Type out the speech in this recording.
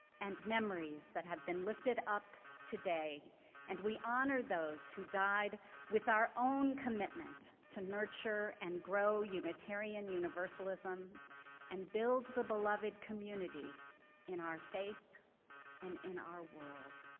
and memories that have been lifted up today and we honor those who died with our own commitment to nurture and grow unitarian universalism and build the beloved community in our faith and in our world.